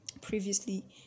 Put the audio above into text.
previously